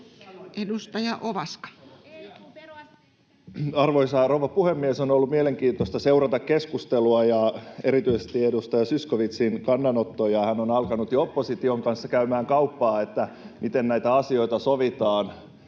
Content: Arvoisa rouva puhemies! On ollut mielenkiintoista seurata keskustelua ja erityisesti edustaja Zyskowiczin kannanottoja. Hän on alkanut jo opposition kanssa käymään kauppaa siitä, miten näitä asioita sovitaan.